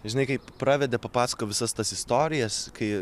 žinai kaip pravedė papasakojo visas tas istorijas kai